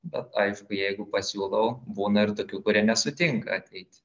bet aišku jeigu pasiūlau būna ir tokių kurie nesutinka ateiti